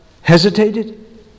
hesitated